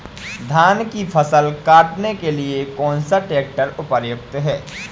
धान की फसल काटने के लिए कौन सा ट्रैक्टर उपयुक्त है?